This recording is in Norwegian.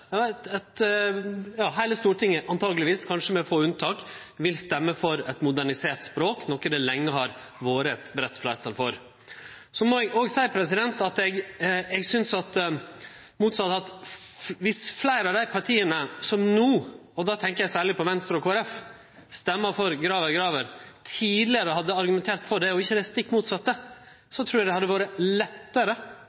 heile Stortinget truleg – kanskje med få unntak – vil stemme for eit modernisert språk, noko det lenge har vore eit breitt fleirtal for. Så må eg òg seie at eg synest motsett at viss fleire av dei partia som no – då tenkjer eg særleg på Venstre og Kristeleg Folkeparti – stemmer for Graver–Graver-versjonen, tidlegare hadde argumentert for det og ikkje det stikk motsette,